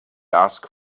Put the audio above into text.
asked